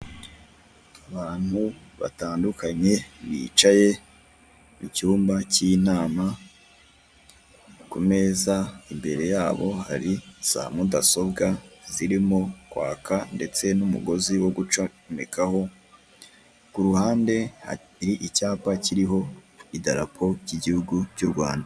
Abantu batandukanye bicaye mu cyumba cy'inama, ku meza imbere yabo hari za mudasobwa zirimo kwaka n'umugozi wo gucomekaho, kuruhande hari icyapa kiriho idarapo ry'igihugu cy''u Rwanda.